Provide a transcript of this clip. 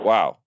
Wow